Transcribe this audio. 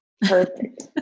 Perfect